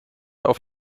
auf